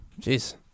Jeez